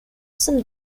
some